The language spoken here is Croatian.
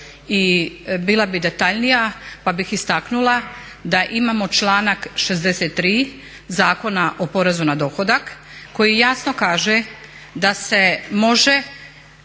i bila bih detaljnija pa bih istaknula da imamo članak 63. Zakona o porezu na dohodak koji jasno kaže da se može,